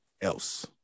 else